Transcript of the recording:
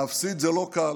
להפסיד זה לא קל,